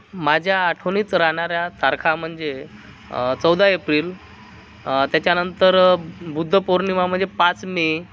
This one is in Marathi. माझ्या आठवणीत राहणार्या तारखा म्हणजे चौदा एप्रिल त्याच्यानंतर बुद्धपौर्णिमा म्हणजे पाच मे